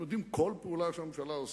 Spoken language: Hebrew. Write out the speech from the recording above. הם יודעים כל פעולה שהממשלה עושה,